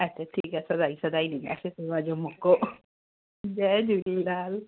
अच्छा ठीकु आहे सदाईं सदाईं ॾींदासीं शेवा जो मौक़ो जय झूलेलाल